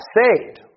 saved